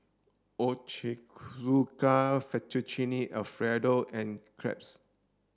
Ochazuke Fettuccine Alfredo and Crepe's